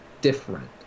different